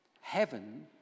heaven